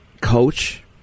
coach